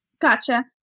Gotcha